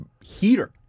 heater